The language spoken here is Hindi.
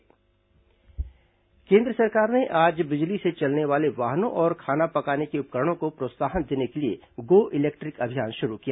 गो इलेक्ट्रिक अभियान केंद्र सरकार ने आज बिजली से चलने वाले वाहनों और खाना पकाने के उपकरणों को प्रोत्साहन देने के लिए गो इलेक्ट्रिक अभियान शुरू किया